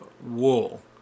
wool